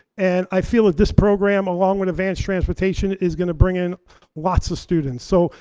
and i feel that this program, along with advanced transportation, is gonna bring in lots of students. so,